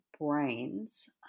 brains